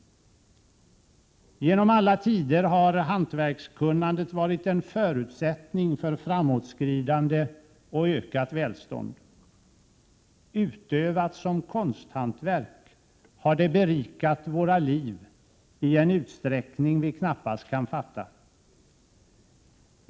Genom alla tider har hantverkskunnandet varit en förutsättning för framåtskridande och ökat välstånd. Utövat som konsthantverk har det berikat våra liv i en utsträckning vi knappast kan fatta.